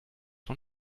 von